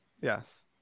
Yes